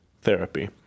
therapy